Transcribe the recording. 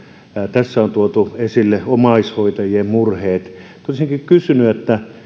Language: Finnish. tässä on tuotu esille omaishoitajien murheet olisinkin kysynyt